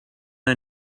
her